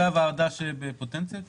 גם לחברי הוועדה שבפוטנציה?